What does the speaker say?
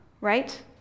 right